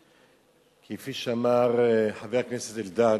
כפי שאמר חבר הכנסת אלדד,